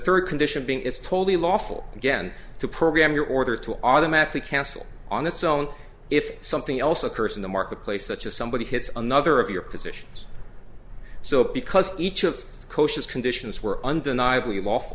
third condition being is totally lawful again to program your order to automatic hassle on its own if something else occurs in the marketplace such as somebody hits another of your positions so because each of those conditions were undeniably l